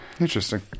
interesting